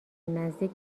نزدیک